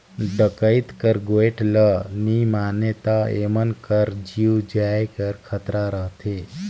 डकइत कर गोएठ ल नी मानें ता एमन कर जीव जाए कर खतरा रहथे